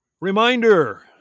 Reminder